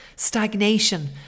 stagnation